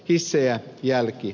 arvoisa puhemies